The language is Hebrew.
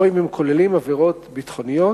או אם הם כוללים עבירות ביטחוניות,